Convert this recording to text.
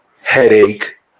headache